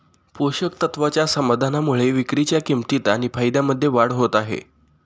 पोषक तत्वाच्या समाधानामुळे विक्रीच्या किंमतीत आणि फायद्यामध्ये वाढ होत आहे